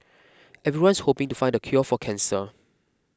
everyone's hoping to find the cure for cancer